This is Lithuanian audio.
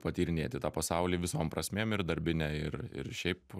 patyrinėti tą pasaulį visom prasmėm ir darbine ir ir šiaip